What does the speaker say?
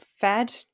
fed